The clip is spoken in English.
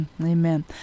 Amen